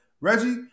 Reggie